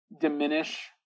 diminish